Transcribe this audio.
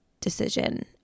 decision